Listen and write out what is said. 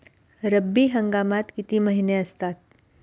रब्बी हंगामात किती महिने असतात?